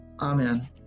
Amen